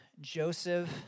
Joseph